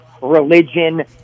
religion